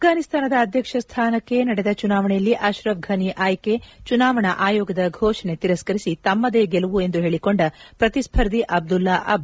ಅಫ್ಟಾನಿಸ್ತಾನದ ಅಧ್ಯಕ್ಷ ಸ್ಠಾನಕ್ಕೆ ನಡೆದ ಚುನಾವಣೆಯಲ್ಲಿ ಅಶ್ರಫ್ ಫನಿ ಆಯ್ಕೆ ಚುನಾವಣಾ ಆಯೋಗದ ಘೋಷಣೆ ತಿರಸ್ಕರಿಸಿ ತಮ್ಮದೇ ಗೆಲುವು ಎಂದು ಹೇಳಿಕೊಂಡ ಪ್ರತಿಸ್ಪರ್ಧಿ ಅಬ್ದುಲ್ಲಾ ಅಬ್ದುಲ್ಲಾ